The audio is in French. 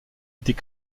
était